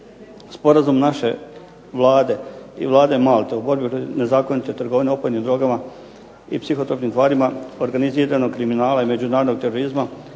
Republike Hrvatske i Vlade Malte o borbi protiv nezakonite trgovine opojnim drogama i psihotropnim tvarima, organiziranog kriminala i međunarodnog terorizma,